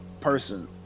person